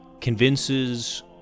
convinces